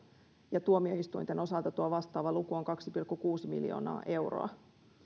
ja tuomioistuinten osalta tuo vastaava luku on kaksi pilkku kuusi miljoonaa euroa